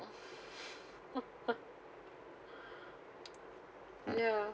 ya